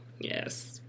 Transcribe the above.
Yes